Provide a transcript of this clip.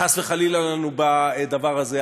חס וחלילה לנו הדבר הזה,